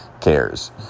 cares